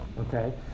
okay